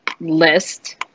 list